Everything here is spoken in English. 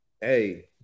Hey